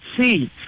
see